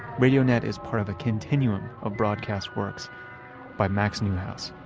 radio net is part of a continuum of broadcast works by max neuhaus.